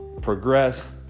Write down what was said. progress